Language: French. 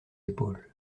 épaules